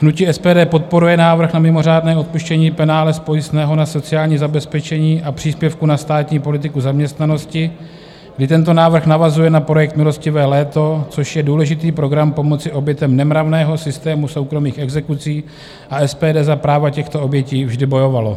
Hnutí SPD podporuje návrh na mimořádné odpuštění penále z pojistného na sociálního zabezpečení a příspěvku na státní politiku zaměstnanosti, kdy tento návrh navazuje na projekt milostivé léto, což je důležitý program pomoci obětem nemravného systému soukromých exekucí, a SPD za práva těchto obětí vždy bojovalo.